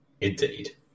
indeed